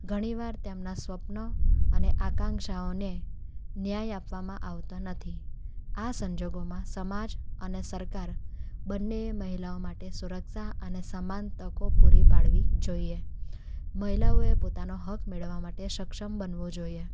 ઘણીવાર તેમના સ્વપ્નો અને આકાંક્ષાઓને ન્યાય આપવામાં આવતો નથી આ સંજોગોમાં સમાજ અને સરકાર બન્ને મહિલાઓમાં માટે સુરક્ષા અને સમાન તકો પૂરી પાડવી જોઈએ મહિલાઓએ પોતાનો હક મેળવવા માટે સક્ષમ બનવું જોઈએ